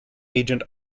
agent